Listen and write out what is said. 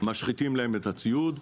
משחיתים להם את הציוד.